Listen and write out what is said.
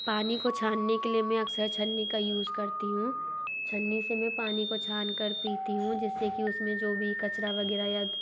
पानी को छानने के लिए मैं अक्सर छन्नी का यूज़ करती हूँ छन्नी से में पानी को छानकर पीती हूँ जिस से कि उस में जो वी कचरा वग़ैरह या